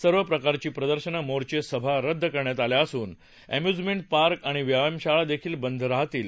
सर्व प्रकारची प्रदर्शन मोर्चे सभा रद्द करण्यात आल्या असून अम्यूजमेंट पार्क आणि व्यायामशाळा बंद राहतील